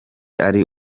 ari